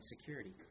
security